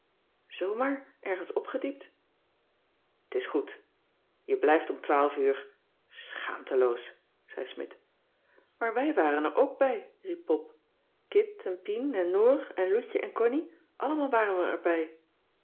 maar ergens opgediept t is goed je blijft om twaalf uur schaamteloos zei smidt maar wij waren er ook bij riep pop kit en pien en noor en loutje en connie allemaal waren we